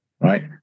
Right